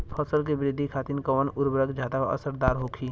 फसल के वृद्धि खातिन कवन उर्वरक ज्यादा असरदार होखि?